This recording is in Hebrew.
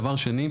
דבר שני,